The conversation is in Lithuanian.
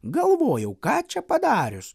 galvojau ką čia padarius